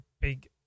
big